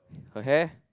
her hair